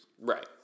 Right